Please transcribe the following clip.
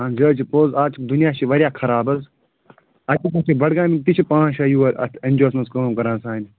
اَہَن حظ یہِ حظ چھُ پوٚز اَز چھُ دُنیا چھُ وارِیاہ خراب حظ اَتِکۍ حظ چھِ بڈگامِکۍ تہِ چھِ پانٛژ شےٚ یور اَتھ اٮ۪ن جی او ہَس منٛز کٲم کَران سانہِ